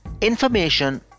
Information